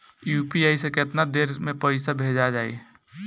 UPI से केतना देर मे पईसा भेजा जाई?